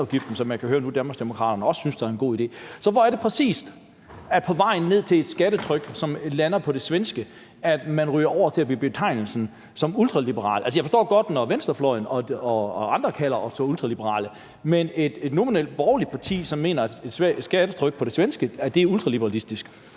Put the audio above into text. høre Danmarksdemokraterne også synes er en god idé. Så hvor er det præcis, at vi på vejen ned mod et skattetryk, som lander på det svenske, kan gå over til at blive betegnet som ultraliberale? Jeg forstår det godt, når venstrefløjen og andre kalder os ultraliberale, men at et nominelt borgerligt parti mener, at et skattetryk som det svenske er ultraliberalistisk,